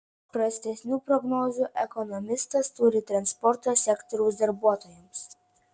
prastesnių prognozių ekonomistas turi transporto sektoriaus darbuotojams